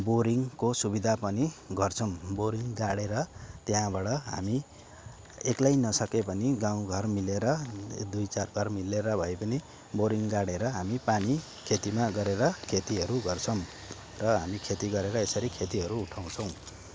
बोरिङ्गको सुविधा पनि गर्छौँ बोरिङ्ग गाडेर त्यहाँबाट हामी एक्लै नसके पनि गाउँ घर मिलेर दुई चार घर मिलेर भए पनि बोरिङ्ग गाडेर हामी पानी खेतीमा गरेर खेतीहरू गर्छौँ र हामी खेती गरेर यसरी खेतीहरू उठाउँछौँ